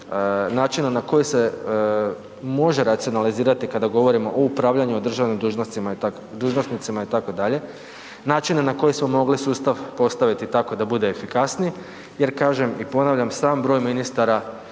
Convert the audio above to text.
načina na koji se može racionalizirati kada govorimo o upravljanju o državnim dužnosnicima itd., način na koji smo mogli sustav postaviti tako da bude efikasniji jer kažem i ponavljam, sam broj ministara